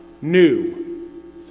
New